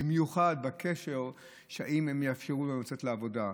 במיוחד בשאלה אם הם יאפשרו לנו לצאת לעבודה,